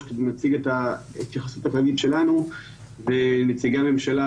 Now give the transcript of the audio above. כדי להציג את ההתייחסות שלנו ונציגי הממשלה,